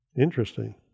Interesting